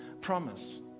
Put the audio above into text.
promise